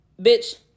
Bitch